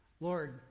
Lord